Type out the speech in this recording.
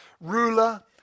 ruler